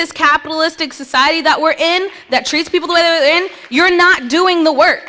this capitalistic society that were in that treats people if you're not doing the work